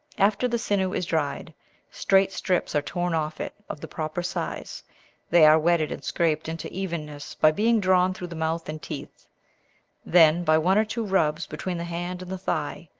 after the sinew is dried straight strips are torn off it of the proper size they are wetted, and scraped into evenness by being drawn through the mouth and teeth then, by one or two rubs between the hand and the thigh,